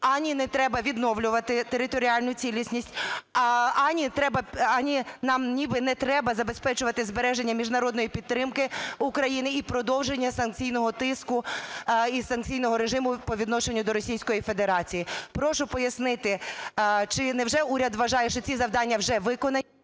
ані не треба відновлювати територіальну цілісність, ані нам ніби не треба забезпечувати збереження міжнародної підтримки України і продовження санкційного тиску і санкційного режиму по відношенню до Російської Федерації? Прошу пояснити, чи невже уряд вважає, що ці завдання вже виконані…